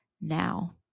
now